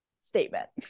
statement